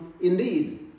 Indeed